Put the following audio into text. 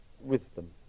wisdom